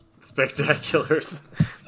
Spectaculars